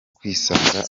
kwisanga